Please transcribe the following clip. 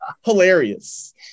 hilarious